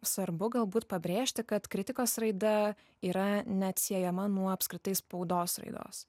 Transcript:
svarbu galbūt pabrėžti kad kritikos raida yra neatsiejama nuo apskritai spaudos raidos